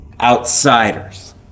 outsiders